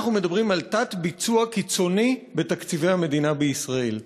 אנחנו מדברים על תת-ביצוע קיצוני בתקציבי המדינה בישראל.